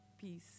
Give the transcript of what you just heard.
peace